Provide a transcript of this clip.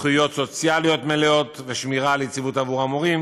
זכויות סוציאליות מלאות ושמירה על יציבות עבור המורים,